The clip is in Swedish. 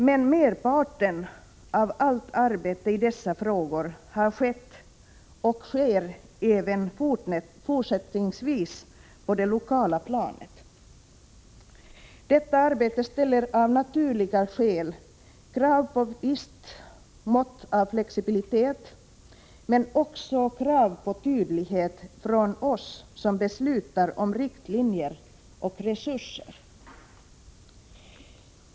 Men merparten av allt arbete i dessa frågor har bedrivits och bedrivs även fortsättningsvis på det lokala planet. Detta arbete ställer av naturliga skäl krav på visst mått av flexibilitet men också krav på tydlighet från oss som beslutar om riktlinjer och resurser.